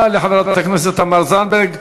תודה לחברת הכנסת תמר זנדברג.